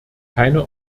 keine